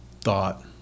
thought